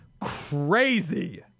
crazy